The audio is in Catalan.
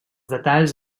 detalls